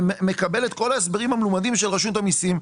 ומקבל את כל ההסברים המלומדים של רשות המיסים,